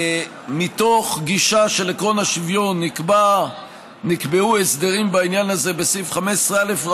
מתוך גישה של עקרון השוויון נקבעו הסדרים בעניין הזה בסעיף 15א(א)